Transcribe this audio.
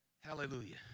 Hallelujah